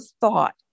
thought